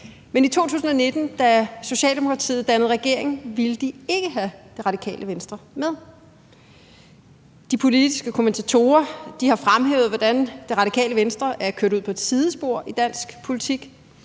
Men i 2019, da Socialdemokratiet dannede regering, ville de ikke have Det Radikale Venstre med. De politiske kommentatorer har fremhævet, hvordan Det Radikale Venstre er kørt ud på et sidespor i dansk politik,